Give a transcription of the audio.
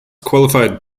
qualified